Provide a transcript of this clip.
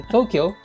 Tokyo